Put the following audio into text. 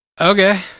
okay